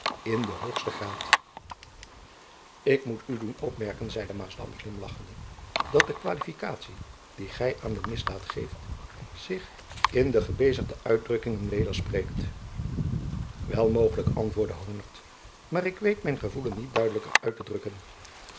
in den hoogsten graad jacob van lennep elizabeth musch lachende dat de qualifikatie die gy aan de misdaad geeft zich in terminis wederspreekt wel mogelijk antwoordde honert maar ik weet mijn gevoelen niet duidelijker uit te drukken